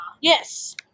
Yes